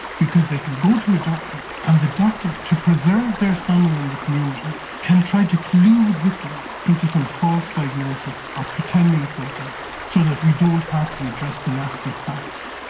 because they can go to a doctor and the doctor, to preserve their standing in the community, can try to collude with them into some false diagnosis or pretending something so that we don't have to address the nasty facts.